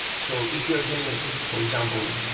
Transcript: so if you're doing, for example,